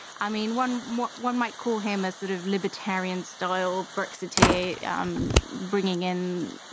i mean, one what one might call him a sort of libertarian style brexit, a um bringing in.